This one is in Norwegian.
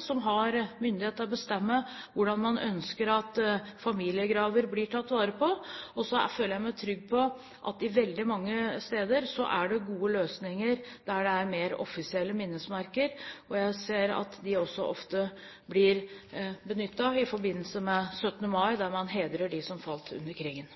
som har myndighet til å bestemme hvordan man ønsker at familiegraver blir tatt vare på. Så føler jeg meg trygg på at det veldig mange steder er gode løsninger der det er mer offisielle minnesmerker. Jeg ser at de også ofte blir benyttet i forbindelse med 17. mai, der man hedrer de som falt under krigen.